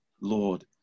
Lord